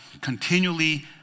continually